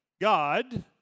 God